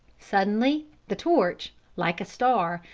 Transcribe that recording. suddenly the torch, like a star,